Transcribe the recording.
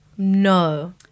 No